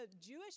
Jewish